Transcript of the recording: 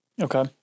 Okay